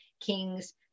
kings